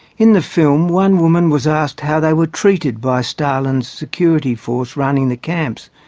in the film, one woman was asked how they were treated by stalin's security force running the camps.